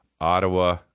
Ottawa